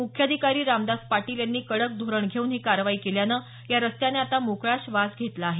मुख्याधिकारी रामदास पाटील यांनी कडक धोरण घेऊन ही कारवाई केल्यानं या रस्त्याने आता मोकळा श्वास घेतला आहे